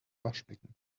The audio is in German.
waschbecken